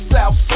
South